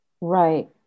Right